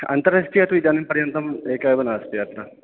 अन्ताराष्ट्रीया तु इदानीं पर्यन्तम् एका एव नास्ति अत्र